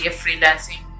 freelancing